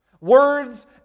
Words